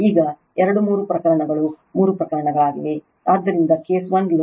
ಈಗ 2 3 ಪ್ರಕರಣಗಳು 3 ಪ್ರಕರಣಗಳಿವೆ ಆದ್ದರಿಂದ ಕೇಸ್ 1 ಲೋಡ್